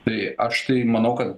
tai aš tai manau kad